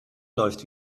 läuft